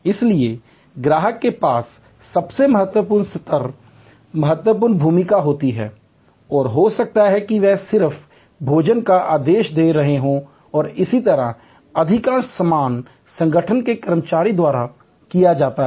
इसलिए ग्राहक के पास सबसे महत्वपूर्ण स्तर पर महत्वपूर्ण भूमिका होती है हो सकता है कि वे सिर्फ भोजन का आदेश दे रहे हों और इसी तरह अधिकांश सामान संगठन के कर्मचारियों द्वारा किया जाता है